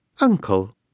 Uncle